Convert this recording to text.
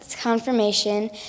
confirmation